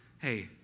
hey